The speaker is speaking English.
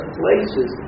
places